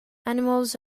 animals